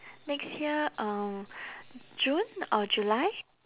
next year um june or july